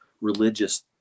religious